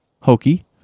hokey